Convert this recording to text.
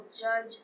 judge